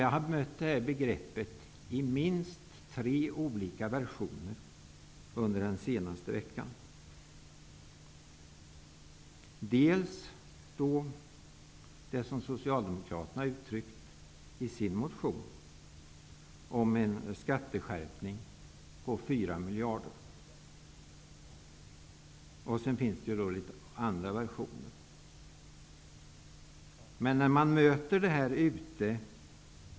Jag har mött begreppet i minst tre olika versioner under den senaste veckan. Socialdemokraterna har använt uttrycket i sin motion om en skatteskärpning på 4 miljarder. Sedan finns det andra versioner.